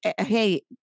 Hey